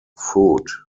food